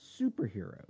superhero